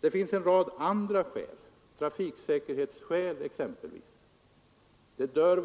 Det finns också en rad andra skäl, t.ex. trafiksäkerheten.